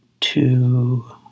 two